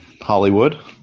Hollywood